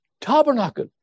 tabernacle